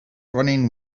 running